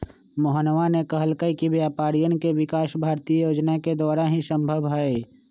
मोहनवा ने कहल कई कि व्यापारियन के विकास भारतीय योजना के द्वारा ही संभव हई